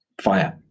fire